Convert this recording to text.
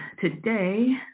today